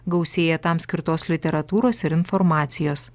gausėja tam skirtos literatūros ir informacijos